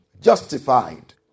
Justified